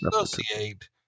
associate